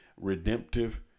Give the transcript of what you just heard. redemptive